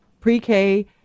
pre-k